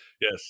Yes